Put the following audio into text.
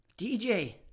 DJ